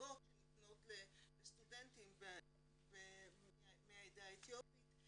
המלגות שניתנות לסטודנטים מהעדה האתיופית.